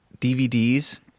DVDs